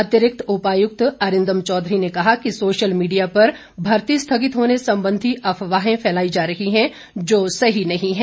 अतिरिक्त उपायुक्त अरिंदम चौधरी ने कहा कि सोशल मीडिया पर भर्ती स्थगित होने संबंधी अफवाहें फैलाई जा रही हैं जो सही नहीं है